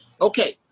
Okay